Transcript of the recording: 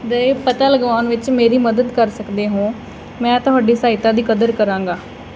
ਦੇ ਪਤਾ ਲਗਾਉਣ ਵਿੱਚ ਮੇਰੀ ਮਦਦ ਕਰ ਸਕਦੇ ਹੋ ਮੈਂ ਤੁਹਾਡੀ ਸਹਾਇਤਾ ਦੀ ਕਦਰ ਕਰਾਂਗਾ